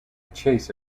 chase